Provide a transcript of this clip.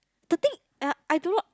the thing ya I don't know